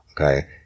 Okay